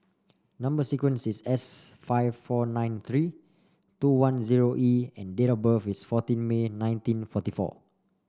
number sequence is S five four nine three two one zero E and date of birth is fourteen May nineteen forty four